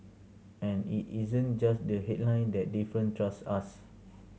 and it isn't just the headline that different trust us